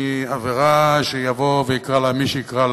מעבירה שיבוא ויקרא לה מי שיקרא,